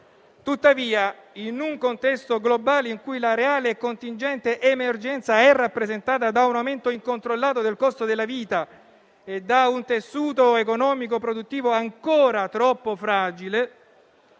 Tuttavia, in un contesto globale in cui la reale e contingente emergenza è rappresentata da un aumento incontrollato del costo della vita e da un tessuto economico e produttivo ancora troppo fragile,